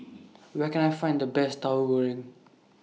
Where Can I Find The Best Tauhu Goreng